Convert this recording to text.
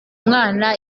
mwana